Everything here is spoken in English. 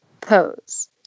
pose